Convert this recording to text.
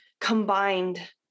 combined